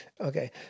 Okay